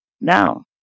now